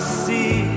see